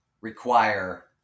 require